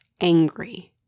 angry